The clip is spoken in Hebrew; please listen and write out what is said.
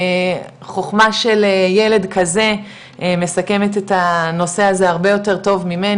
חוכמה של ילד כזה מסכמת את הנושא הזה הרבה יותר טוב ממני,